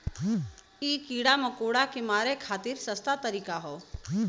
इ कीड़ा मकोड़ा के मारे खातिर सस्ता तरीका हौ